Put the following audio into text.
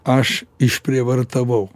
aš išprievartavau